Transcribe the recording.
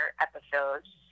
episodes